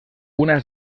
una